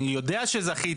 אני יודע שזכיתי,